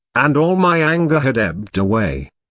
and all my anger had ebbed away.